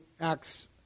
Acts